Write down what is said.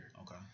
Okay